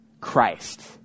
Christ